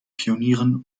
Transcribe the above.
pionieren